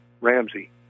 Ramsey